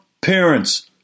parents